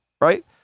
right